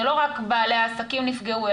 זה לא רק בעלי העסקים נפגעו,